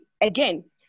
again